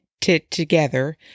together